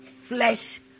flesh